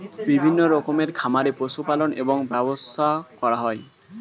বিভিন্ন রকমের খামারে পশু পালন এবং ব্যবসা করা হয়